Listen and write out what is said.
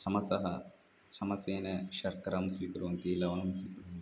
चमसः चमसेन शर्करं स्वीकुर्वन्ति लवणं स्वीकुर्वन्ति